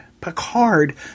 Picard